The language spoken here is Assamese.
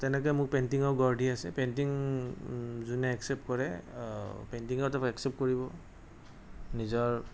তেনেকৈ মোক পেইণ্টিঙেও গঢ় দি আছে পেইণ্টিং যোনে একচেপ্ত কৰে পেইণ্টিঙতে একচেপ্ত কৰিব নিজৰ